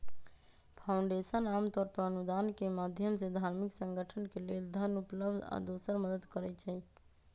foundation आमतौर पर अनुदान के माधयम से धार्मिक संगठन के लेल धन उपलब्ध आ दोसर मदद करई छई